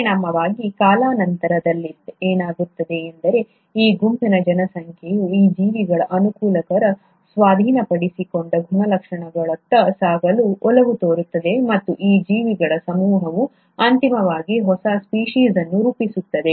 ಪರಿಣಾಮವಾಗಿ ಕಾಲಾನಂತರದಲ್ಲಿ ಏನಾಗುತ್ತದೆ ಎಂದರೆ ಈ ಗುಂಪಿನ ಜನಸಂಖ್ಯೆಯು ಈ ಜೀವಿಗಳ ಅನುಕೂಲಕರ ಸ್ವಾಧೀನಪಡಿಸಿಕೊಂಡ ಗುಣಲಕ್ಷಣಗಳತ್ತ ಸಾಗಲು ಒಲವು ತೋರುತ್ತದೆ ಮತ್ತು ಈ ಜೀವಿಗಳ ಸಮೂಹವು ಅಂತಿಮವಾಗಿ ಹೊಸ ಸ್ಪೀಷೀಸ್ ಅನ್ನು ರೂಪಿಸುತ್ತದೆ